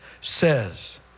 says